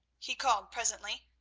he called presently,